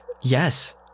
Yes